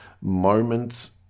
moments